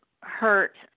hurt